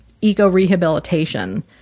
eco-rehabilitation